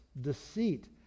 deceit